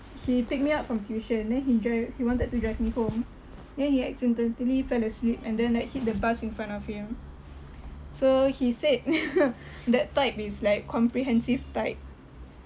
he pick me up from tuition then he drive he wanted to drive me home then he accidentally fell asleep and then like hit the bus in front of him so he said that type is like comprehensive type